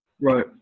Right